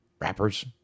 rappers